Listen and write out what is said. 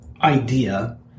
idea